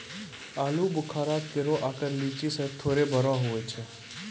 आलूबुखारा केरो आकर लीची सें थोरे बड़ो होय छै